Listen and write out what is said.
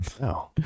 No